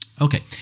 Okay